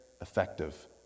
effective